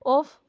off